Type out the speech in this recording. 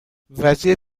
وزیر